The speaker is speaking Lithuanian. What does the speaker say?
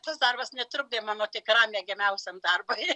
tas darbas netrukdė mano tikram mėgiamiausiam darbui